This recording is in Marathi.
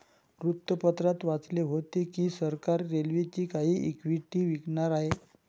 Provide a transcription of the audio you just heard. वृत्तपत्रात वाचले होते की सरकार रेल्वेची काही इक्विटी विकणार आहे